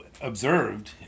observed